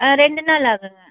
ஆ ரெண்டு நாள் ஆகுங்க